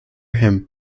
him